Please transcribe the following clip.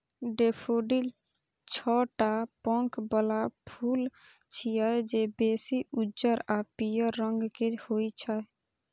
daffodil छह टा पंख बला फूल छियै, जे बेसी उज्जर आ पीयर रंग के होइ छै